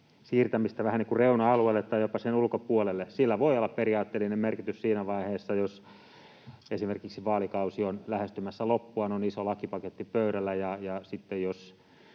siirtämistä vähän niin kuin reuna-alueelle tai jopa sen ulkopuolelle. Sillä voi olla periaatteellinen merkitys siinä vaiheessa, jos esimerkiksi vaalikausi on lähestymässä loppuaan, on iso lakipaketti pöydällä, ja sitten, jos